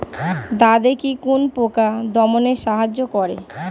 দাদেকি কোন পোকা দমনে সাহায্য করে?